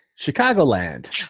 Chicagoland